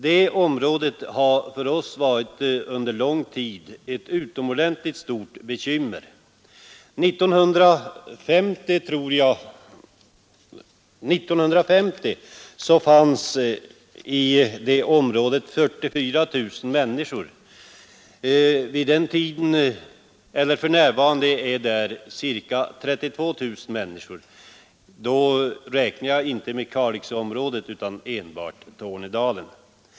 Det är tanken på det området som är främsta anledningen till att jag har tagit till orda i den här debatten. Det har för oss under lång tid varit ett utomordentligt stort bekymmer. År 1950 fanns i det området 44 000 människor; för närvarande bor där ca 32 000 människor. Då räknar jag inte med Kalixområdet utan enbart Tornedalen.